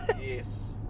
Yes